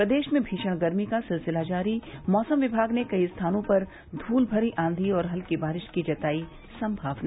प्रदेश में भीषण गर्मी का सिलसिला जारी मौसम विमाग ने कई स्थानों पर धूल भरी आंधी और हल्की बारिश की जताई संभावना